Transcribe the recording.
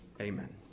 Amen